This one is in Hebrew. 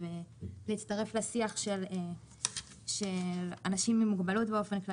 המצב של אנשים עם מוגבלות.